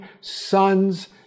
sons